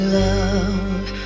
love